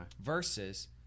Versus